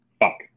Fuck